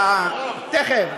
תכף.